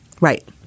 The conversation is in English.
Right